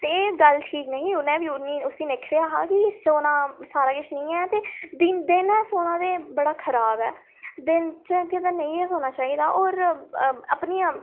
ते एह् गल्ल ठीक नेईं ही उ'नें बी उ'नें उस्सी निक्खरेआ हा कि सौना सारा किश निं ऐ ते दिन दिनें सौना ते बड़ा खराब ऐ दिन च कि ते नेईं गै सोना चाहिदा और अपनी